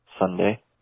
Sunday